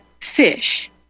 fish